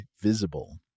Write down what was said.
Visible